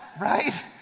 Right